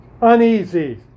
uneasy